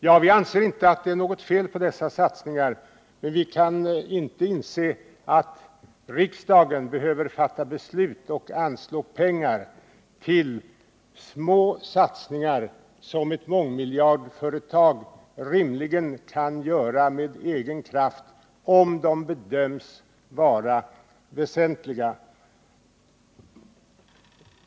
Ja, vi anser inte att det är något fel på dessa satsningar, men vi kan inte inse att riksdagen behöver fatta beslut om och anslå pengar till små satsningar, som ett mångmiljardföretag rimligen kan göra av egen kraft, om de bedöms vara väsentliga.